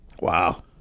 Wow